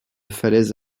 falaise